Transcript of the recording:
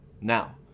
Now